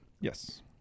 Yes